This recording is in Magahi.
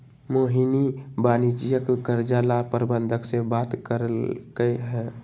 मोहिनी वाणिज्यिक कर्जा ला प्रबंधक से बात कलकई ह